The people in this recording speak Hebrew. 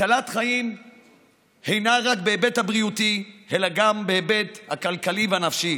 הצלת חיים אינה רק בהיבט הבריאותי אלא גם בהיבט הכלכלי ובהיבט הנפשי.